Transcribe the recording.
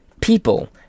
People